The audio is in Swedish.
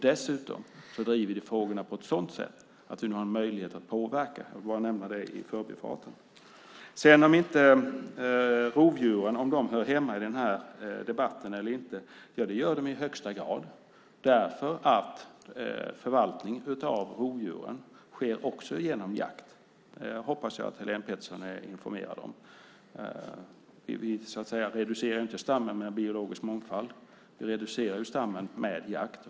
Dessutom driver vi frågorna på ett sådant sätt att vi har en möjlighet att påverka. Jag vill bara nämna det i förbifarten. Rovdjuren hör i högsta grad hemma i denna debatt. Förvaltning av rovdjur sker också genom jakt. Det hoppas jag att Helén Pettersson är informerad om. Vi reducerar inte stammen med biologisk mångfald utan med jakt.